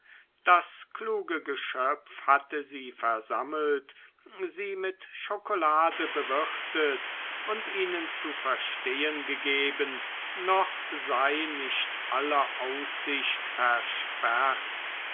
das kluge geschöpf hatte sie versammelt sie mit schokolade bewirtet und ihnen zu verstehen gegeben noch sei nicht alle aussicht versperrt